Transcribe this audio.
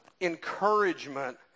encouragement